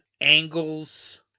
angles